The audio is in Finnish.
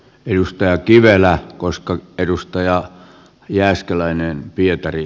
edustaja kivelää koska edustaja jääskeläinen pietari